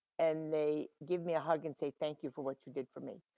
and they give me a hug and say thank you for what you did for me,